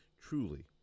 truly